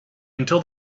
until